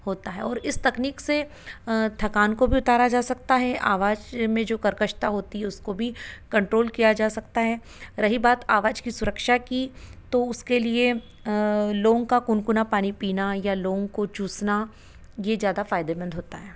होता है और इस तकनीक से थकान को भी उतारा जा सकता है आवाज में जो कर्कशता होती है उसको भी कंट्रोल किया जा सकता है रही बात आवाज की सुरक्षा की तो उसके लिए लौंग का गुनगुना पानी पीना या लौंग को चूसना या ज़्यादा फायदेमंद होता है